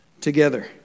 Together